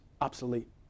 obsolete